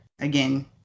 Again